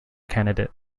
candidate